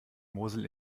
mosel